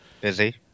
Busy